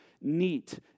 neat